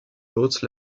haute